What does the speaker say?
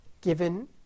given